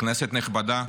כנסת נכבדה,